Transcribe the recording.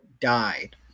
died